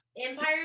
empire